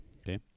Okay